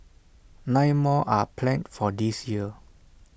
nine more are planned for this year